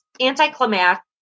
anticlimactic